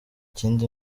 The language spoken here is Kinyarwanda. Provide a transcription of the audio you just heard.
ikindi